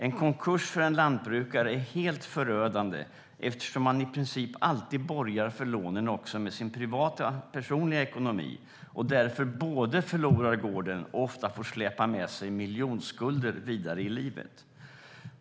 En konkurs för en lantbrukare är helt förödande, eftersom man i princip alltid borgar för lånen också med sin privata ekonomi och därför ofta både förlorar gården och får släpa med sig miljonskulder vidare i livet.